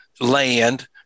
land